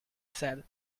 said